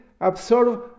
absorb